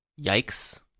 yikes